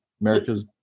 America's